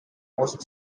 most